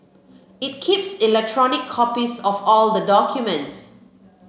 it keeps electronic copies of all the documents